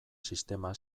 sistema